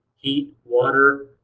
heat, water,